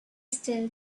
still